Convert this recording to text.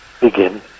begin